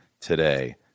today